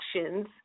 actions